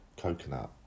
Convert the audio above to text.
coconut